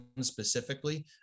specifically